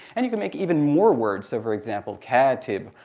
and you can make even more words. so for example, kaatib,